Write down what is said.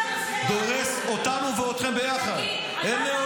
לכן, כשאני רואה את